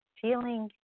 Feeling